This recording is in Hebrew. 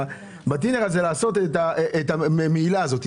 בטינר הזה לעשות את המהילה הזאת?